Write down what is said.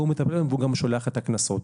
הוא מטפל בהם ושולח את הקנסות.